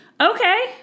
okay